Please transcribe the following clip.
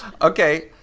Okay